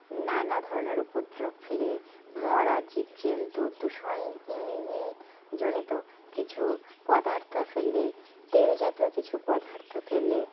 নানা ধরনের উপদ্রব ফেলে মরা জীবজন্তু দূষণ জনিত কিছু পদার্থ ফেলে তেল জাতীয় কিছু পদার্থ ফেলে